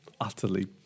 utterly